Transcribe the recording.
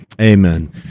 Amen